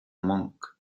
monk